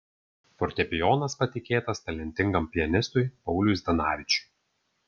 fortepijonas patikėtas talentingam pianistui pauliui zdanavičiui